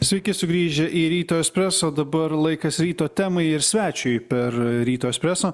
sveiki sugrįžę į ryto espreso dabar laikas ryto temai ir svečiui per ryto espreso